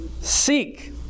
Seek